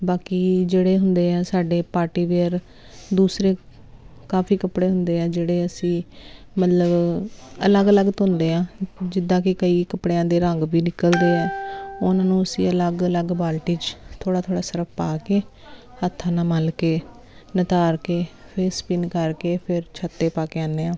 ਬਾਕੀ ਜਿਹੜੇ ਹੁੰਦੇ ਆ ਸਾਡੇ ਪਾਰਟੀ ਵੇਅਰ ਦੂਸਰੇ ਕਾਫੀ ਕੱਪੜੇ ਹੁੰਦੇ ਆ ਜਿਹੜੇ ਅਸੀਂ ਮਤਲਬ ਅਲੱਗ ਅਲੱਗ ਧੋਂਦੇ ਹਾਂ ਜਿੱਦਾਂ ਕਿ ਕਈ ਕੱਪੜਿਆਂ ਦੇ ਰੰਗ ਵੀ ਨਿਕਲਦੇ ਆ ਉਹਨਾਂ ਨੂੰ ਅਸੀਂ ਅਲੱਗ ਅਲੱਗ ਬਾਲਟੀ 'ਚ ਥੋੜ੍ਹਾ ਥੋੜ੍ਹਾ ਸਰਫ ਪਾ ਕੇ ਹੱਥਾਂ ਨਾਲ ਮਲ ਕੇ ਨਤਾਰ ਕੇ ਫੇਰ ਸਪਿੰਨ ਕਰਕੇ ਫਿਰ ਛੱਤ 'ਤੇ ਪਾ ਕੇ ਆਉਂਦੇ ਹਾਂ